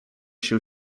się